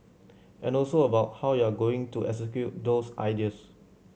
and also about how you're going to execute those ideas